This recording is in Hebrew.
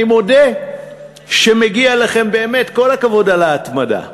אני מודה שמגיע לכם באמת כל הכבוד על ההתמדה,